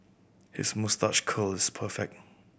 his moustache curl is perfect